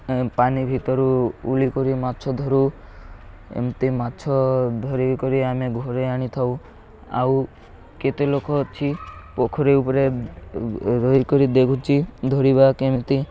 ପାଣି ଭିତରୁ ଉଳିକରି ମାଛ ଧରୁ ଏମିତି ମାଛ ଧରିକରି ଆମେ ଘରେ ଆଣିଥାଉ ଆଉ କେତେ ଲୋକ ଅଛି ପୋଖରୀ ଉପରେ ରୋହି କରି ଦେଖୁଛି ଧରିବା କେମିତି